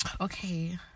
Okay